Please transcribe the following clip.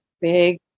big